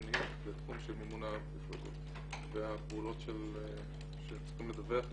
והשני -בתחום של מימון המפלגות והפעולות שצריכים לדווח לנו.